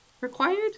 required